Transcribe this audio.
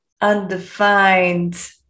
undefined